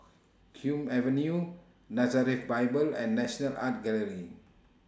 Hume Avenue Nazareth Bible and National Art Gallery